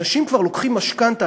אנשים כבר לוקחים משכנתה,